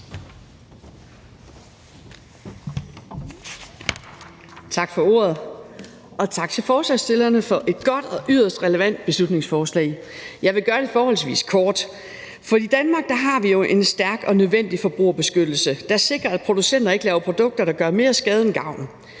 Tak for ordet og tak til forslagsstillerne for et godt og yderst relevant beslutningsforslag. Jeg vil gøre det forholdsvis kort. I Danmark har vi jo en stærk og nødvendig forbrugerbeskyttelse, der sikrer, at producenter ikke laver produkter, der gør mere skade end gavn,